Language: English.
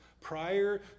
Prior